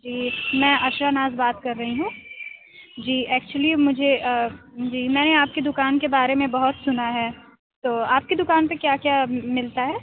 جی میں عفرا ناز بات کر رہی ہوں جی ایکچولی مجھے جی میں نے آپ کی دکان کے بارے میں بہت سنا ہے تو آپ کی دکان پہ کیا کیا ملتا ہے